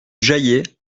jaillet